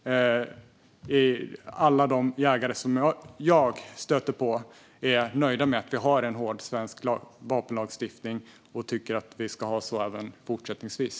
Alla de jägare som jag stöter på är också nöjda med att vi har en sträng svensk vapenlagstiftning och tycker att vi ska ha det även fortsättningsvis.